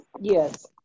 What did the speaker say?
Yes